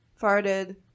farted